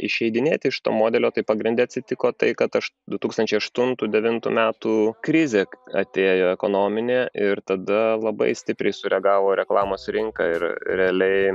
išeidinėti iš to modelio tai pagrinde atsitiko tai kad aš du tūkstančiai aštuntų devintų metų krizė atėjo ekonominė ir tada labai stipriai sureagavo reklamos rinka ir realiai